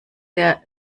der